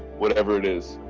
whatever it is.